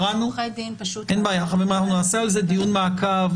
אנחנו נעשה על זה דיון מעקב,